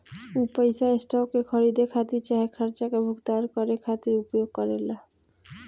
उ पइसा स्टॉक के खरीदे खातिर चाहे खर्चा के भुगतान करे खातिर उपयोग करेला